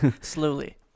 Slowly